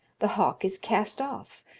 the hawk is cast off,